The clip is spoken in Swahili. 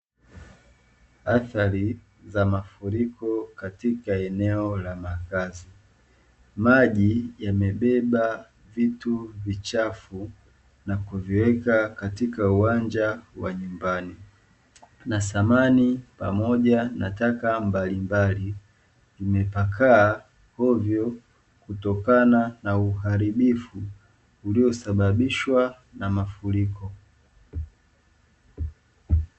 Athari za mafuriko katika eneo la makazi. Maji yamebeba vitu vichafu na kuziweka kwenye uwanja wa nyumbani, na samani pamoja na taka mbalimbali vimetapakaa hovyo kutokana na uharibifu uliosababishwa na mafuriko.